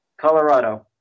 Colorado